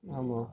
ஆமாம்